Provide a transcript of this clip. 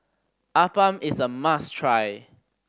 appam is a must try